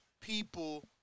people